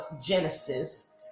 Genesis